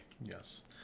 Yes